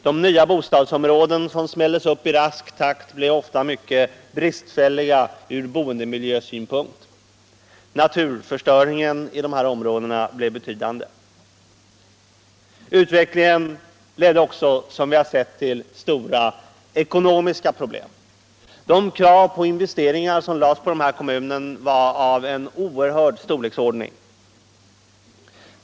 De nya bostadsområden som smällts upp i rask takt blev ofta mycket bristfälliga från boendesynpunkt. Naturförstöringen i de här områdena blev betydande. Utvecklingen ledde också, som vi har sett, till stora ekonomiska problem. De investeringar som krävdes av dessa kommuner var av oerhörd storleksordning.